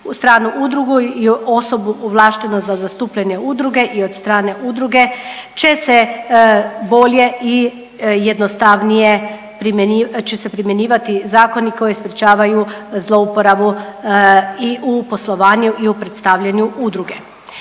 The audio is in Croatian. stranu udrugu i osobu ovlaštena za zastupanje udruge i od strane udruge će se bolje i jednostavnije, će se primjenjivati zakoni koji sprječavaju zlouporabu i u poslovanju i u predstavljanju udruge.